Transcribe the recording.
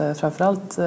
framförallt